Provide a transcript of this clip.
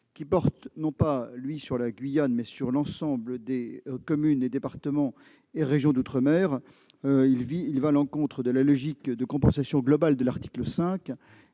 qui vise non pas sur la Guyane, mais sur l'ensemble des communes, départements et régions d'outre-mer, ses dispositions vont à l'encontre de la logique de compensation globale de l'article 5